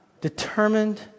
determined